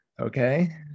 Okay